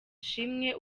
ishimwe